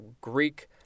Greek